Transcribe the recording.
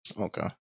okay